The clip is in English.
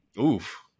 Oof